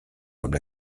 comme